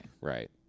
right